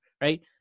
right